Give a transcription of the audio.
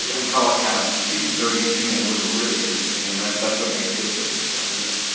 we call it kind of shooting a dirty scene. and it was a really dirty scene, and that's what makes good circus stuff yeah.